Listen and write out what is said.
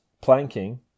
planking